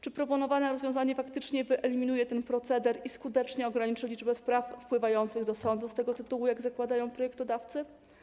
Czy proponowane rozwiązanie faktycznie wyeliminuje ten proceder i skutecznie ograniczy liczbę spraw wpływających do sądu z tego tytułu, jak zakładają projektodawcy?